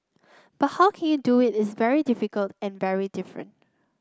but how you can do it is very difficult and very different